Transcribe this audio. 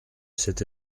cette